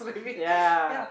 ya